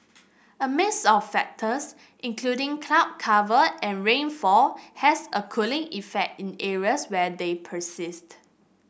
a mix of factors including cloud cover and rainfall has a cooling effect in areas where they persist